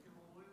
היושב-ראש,